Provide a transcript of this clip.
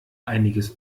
einiges